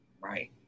Right